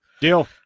Deal